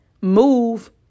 move